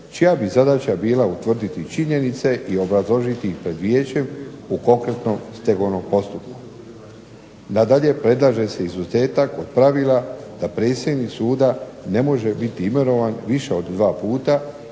čija bi zadaća bila utvrditi činjenice i obrazložiti ih pred vijećem u konkretnom stegovnom postupku. Nadalje, predlaže se izuzetak od pravila da predsjednik suda ne može biti imenovan više od 2 puta